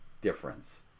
difference